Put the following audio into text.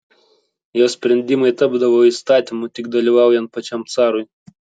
jo sprendimai tapdavo įstatymu tik dalyvaujant pačiam carui